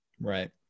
Right